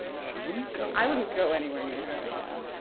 should we go i wouldn't go anywhere near her right now.